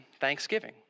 Thanksgiving